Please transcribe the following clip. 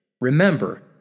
Remember